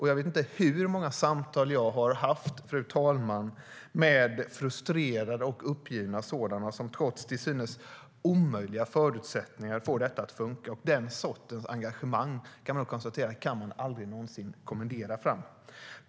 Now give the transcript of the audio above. Jag vet inte hur många samtal jag har haft, fru talman, med frustrerade och uppgivna sådana, som trots till synes omöjliga förutsättningar får det att fungera. Den sortens engagemang kan man nog konstatera aldrig någonsin kan kommenderas fram.